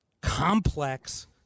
complex